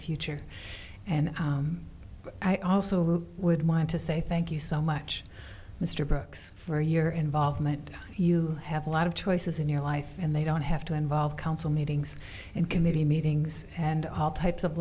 future and i also would want to say thank you so much mr brooks for your involvement you have a lot of choices in your life and they don't have to involve council meetings and committee meetings and all types of